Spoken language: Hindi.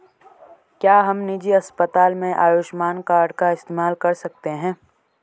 क्या हम निजी अस्पताल में आयुष्मान कार्ड का इस्तेमाल कर सकते हैं?